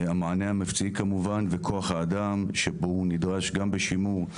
המענה המבצעי כמובן וכוח האדם שבו הוא נדרש גם בשימור,